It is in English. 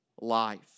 life